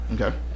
Okay